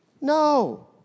No